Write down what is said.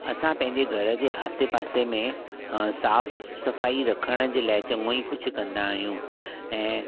असां पंहिंजे घर जे आसे पासे में साफ़ु सफ़ाई रखण जे लाइ चङो ई कुझु कंदा आहियूं ऐं